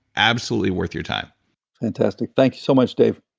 absolutely worth your time fantastic. thank you so much dave